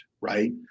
right